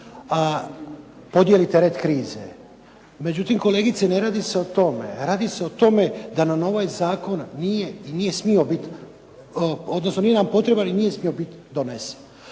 podijeli teret krize. Međutim kolegice ne radi se o tome, radi se o tome da nam ovaj zakon nije smio biti, odnosno nije nam potreban i nije smio biti donesen.